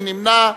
מי נמנע?